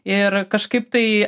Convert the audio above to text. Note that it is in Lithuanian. ir kažkaip tai